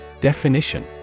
Definition